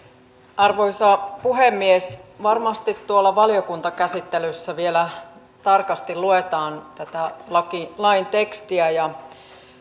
arvoisa puhemies varmasti tuolla valiokuntakäsittelyssä vielä tarkasti luetaan tätä lain tekstiä